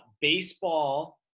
baseball